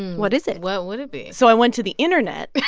what is it? what would it be? so i went to the internet